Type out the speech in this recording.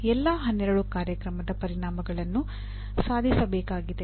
ಎಲ್ಲಾ 12 ಕಾರ್ಯಕ್ರಮದ ಪರಿಣಾಮಗಳನ್ನು ಸಾಧಿಸಬೇಕಾಗಿದೆ